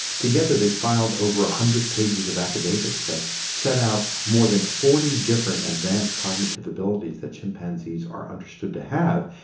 together they filed over one hundred pages of affidavits that set out more than forty different advanced cognitive abilities that chimpanzees are understood to have.